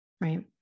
right